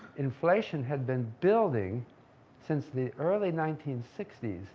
inflation had been building since the early nineteen sixty s